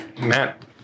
Matt